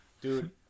Dude